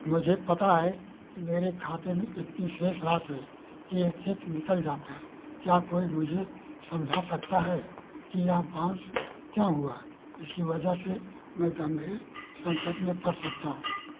मुझे पता है कि मेरे खाते में इतनी शेष राशि कि यह चेक निकल जाता क्या कोई मुझे समझा सकता है कि यह बाउंस क्यों हुआ इसकी वजह से मैं गंभीर संकट में पड़ सकता हूँ